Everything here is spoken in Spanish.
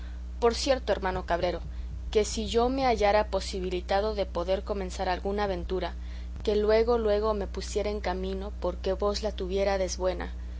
por cierto hermano cabrero que si yo me hallara posibilitado de poder comenzar alguna aventura que luego luego me pusiera en camino porque vos la tuviérades buena